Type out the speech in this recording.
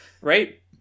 right